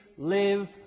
Live